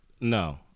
No